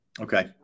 Okay